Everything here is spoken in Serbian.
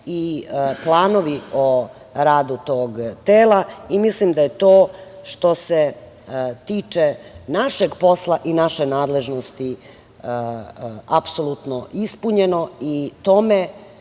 i planovi o radu tog tela i mislim da je to, što se tiče našeg posla i naše nadležnosti, apsolutno ispunjeno i tome